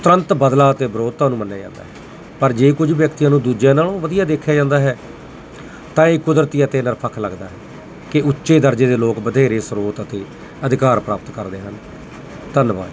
ਤੁਰੰਤ ਬਦਲਾ ਅਤੇ ਵਿਰੋਧਤਾ ਨੂੰ ਮੰਨਿਆ ਜਾਂਦਾ ਹੈ ਪਰ ਜੇ ਕੁਝ ਵਿਅਕਤੀਆਂ ਨੂੰ ਦੂਜਿਆਂ ਨਾਲੋਂ ਵਧੀਆ ਦੇਖਿਆ ਜਾਂਦਾ ਹੈ ਤਾਂ ਇਹ ਕੁਦਰਤੀ ਅਤੇ ਨਿਰਪੱਖ ਲੱਗਦਾ ਹੈ ਕਿ ਉੱਚੇ ਦਰਜੇ ਦੇ ਲੋਕ ਵਧੇਰੇ ਸਰੋਤ ਅਤੇ ਅਧਿਕਾਰ ਪ੍ਰਾਪਤ ਕਰਦੇ ਹਨ ਧੰਨਵਾਦ ਜੀ